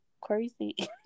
crazy